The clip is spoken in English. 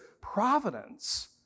providence